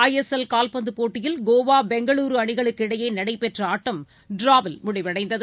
ISL கால்பந்தப் கோவா பெங்களுருஅணிகளுக்கு இடையேநடைபெற்றஆட்டம் டிராவில் முடிவடைந்தது